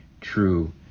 true